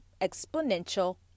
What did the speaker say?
exponential